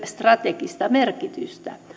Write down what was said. strategista merkitystä